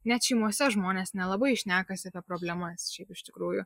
net šeimose žmonės nelabai šnekasi apie problemas šiaip iš tikrųjų